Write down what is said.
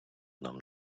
нам